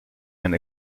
and